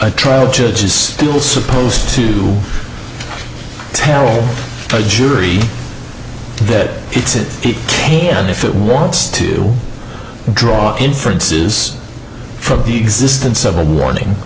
a trial judge is still supposed to tell the jury that it's it p k and if it wants to draw inferences from the existence of a warning